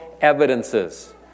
evidences